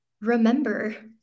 remember